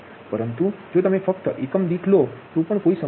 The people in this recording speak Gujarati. પરંતુ જો તમે ફક્ત એકમ દીઠ લો તો પણ કોઈ સમસ્યા નથી